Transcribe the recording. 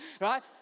Right